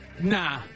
Nah